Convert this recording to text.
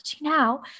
now